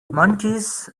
monkeys